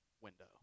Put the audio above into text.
window